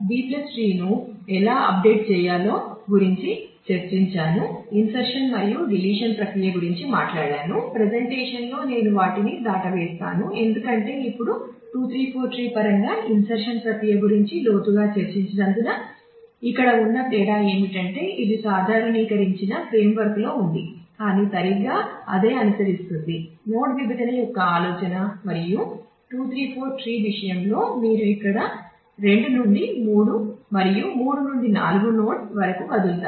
B ట్రీను ఎలా అప్డేట్లో ఉంది కానీ సరిగ్గా అదే అనుసరిస్తుంది నోడ్ విభజన యొక్క ఆలోచన మరియు 2 3 4 ట్రీ విషయంలో మీరు ఇక్కడ 2 నుండి 3 మరియు 3 నుండి 4 నోడ్ వరకు కదులుతారు